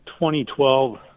2012